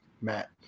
Matt